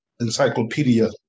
encyclopedia